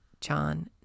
John